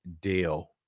deal